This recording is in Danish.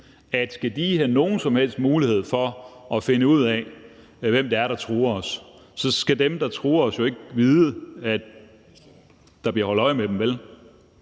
at skal de have nogen som helst mulighed for at finde ud af, hvem det er, der truer os, så skal dem, der truer os, jo ikke vide, at der bliver holdt øje med dem, vel?